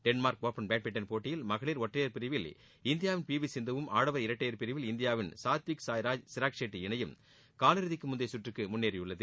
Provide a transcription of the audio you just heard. Denmark open badminton போட்டியில் மகளிர் ஒற்றையர் பிரிவில் இந்தியாவின் பி வி சிந்துவும் ஆடவர் இரட்டையர் பிரிவில் இந்தியாவின் சாத்விக் சாய்ராஜ் சிராக் ஷெட்டி இணையும் காலிறுதிக்கு முந்தைய சுற்றுக்கு முன்னேறியுள்ளது